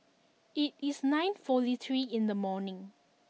it is nine forty three in the morning